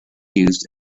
used